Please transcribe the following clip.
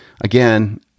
again